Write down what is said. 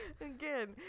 Again